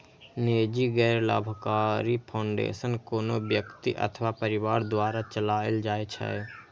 निजी गैर लाभकारी फाउंडेशन कोनो व्यक्ति अथवा परिवार द्वारा चलाएल जाइ छै